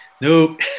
Nope